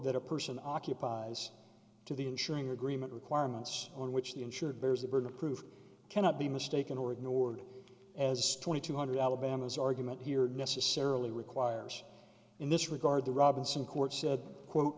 that a person occupies to the ensuring agreement requirements on which the insurer bears the burden of proof cannot be mistaken or ignored as twenty two hundred alabama's argument here necessarily requires in this regard the robinson court said quote